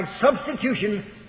substitution